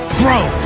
grow